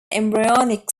embryonic